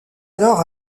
alors